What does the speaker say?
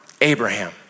Abraham